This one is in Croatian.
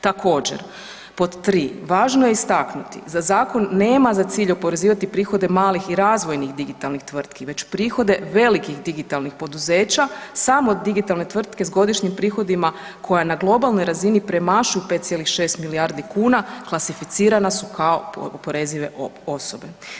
Također pod tri, važno je istaknuti za zakon nema za cilj oporezivati prihode malih i razvojnih digitalnih tvrtki već prihode velikih digitalnih poduzeća, samo digitalne tvrtke s godišnjim prihodima koja na globalnoj razini premašuju 5,6 milijardi kuna klasificirana su kao oporezive osobe.